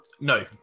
No